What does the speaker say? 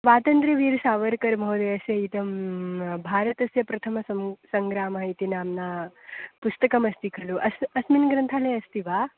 स्वातन्त्र्यवीरसावर्कर् महोदयस्य इदं भारतस्य प्रथमसं सङ्ग्रामः इति नाम्ना पुस्तकमस्ति खलु अस् अस्मिन् ग्रन्थालये अस्ति वा